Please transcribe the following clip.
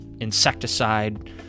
insecticide